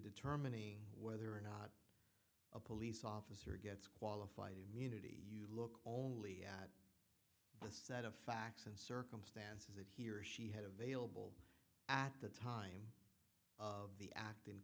determining whether or not a police officer gets qualified immunity you look only at the set of facts and circumstances that he or she had available at the time of the act in